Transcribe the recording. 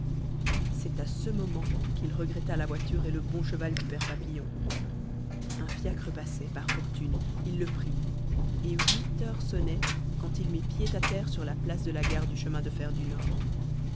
c'est à ce moment qu'il regretta la voiture et le bon cheval du père papillon un fiacre passait par fortune il le prit et huit heures sonnaient quand il mit pied à terre sur la place de la gare du chemin de fer du nord